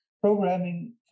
programming